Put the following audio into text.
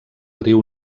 riu